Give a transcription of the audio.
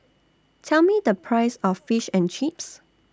Tell Me The Price of Fish and Chips